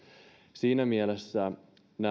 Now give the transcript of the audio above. siinä mielessä nämä